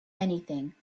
anything